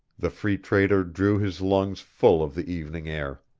the free trader drew his lungs full of the evening air.